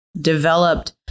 developed